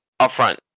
upfront